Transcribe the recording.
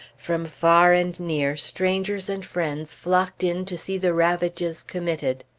from far and near, strangers and friends flocked in to see the ravages committed.